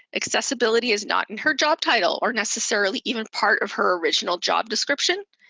accessibility is not in her job title or necessarily even part of her original job description,